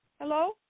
Hello